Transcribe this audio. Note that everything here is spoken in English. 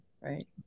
right